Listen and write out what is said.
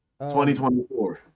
2024